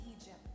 Egypt